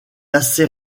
assez